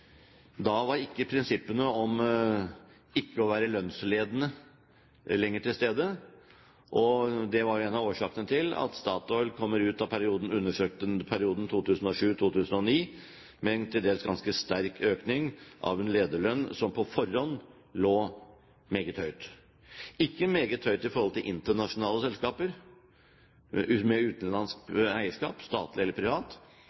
Da var ikke prinsippet om ikke å være lønnsledende lenger til stede. Det var en av årsakene til at Statoil i den undersøkte perioden 2007–2009 kom ut med en til dels ganske sterk økning av en lederlønn som på forhånd lå meget høyt – ikke meget høyt i forhold til internasjonale selskaper med utenlandsk eierskap, statlig eller privat,